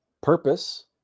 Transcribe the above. purpose